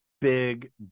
big